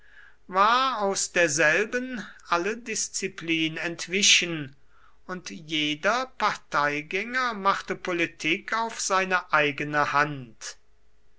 war aus derselben alle disziplin entwichen und jeder parteigänger machte politik auf seine eigene hand